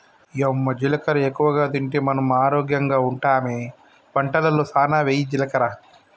యమ్మ జీలకర్ర ఎక్కువగా తింటే మనం ఆరోగ్యంగా ఉంటామె వంటలలో సానా వెయ్యి జీలకర్ర